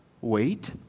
Wait